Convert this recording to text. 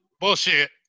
bullshit